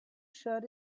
shirt